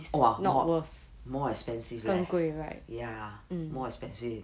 !wah! not more expensive leh ya more expensive